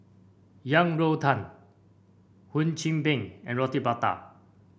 Yang Rou Tang Hum Chim Peng and Roti Prata